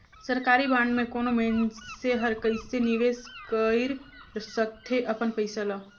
सरकारी बांड में कोनो मइनसे हर कइसे निवेश कइर सकथे अपन पइसा ल